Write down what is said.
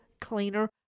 cleaner